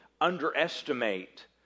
underestimate